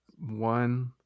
one